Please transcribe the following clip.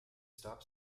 stop